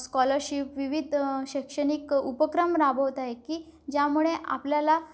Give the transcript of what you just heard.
scholarship विविध शैक्षणिक उपक्रम राबवत आहे की ज्यामुळे आपल्याला